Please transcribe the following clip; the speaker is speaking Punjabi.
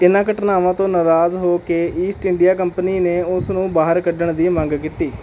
ਇਨ੍ਹਾਂ ਘਟਨਾਵਾਂ ਤੋਂ ਨਾਰਾਜ਼ ਹੋ ਕੇ ਈਸਟ ਇੰਡੀਆ ਕੰਪਨੀ ਨੇ ਉਸ ਨੂੰ ਬਾਹਰ ਕੱਢਣ ਦੀ ਮੰਗ ਕੀਤੀ